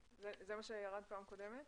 זה מה שירד בישיבה הקודמת?